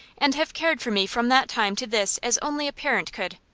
and have cared for me from that time to this as only a parent could.